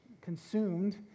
consumed